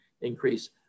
increase